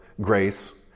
grace